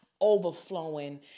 overflowing